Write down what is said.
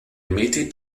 meeting